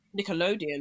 Nickelodeon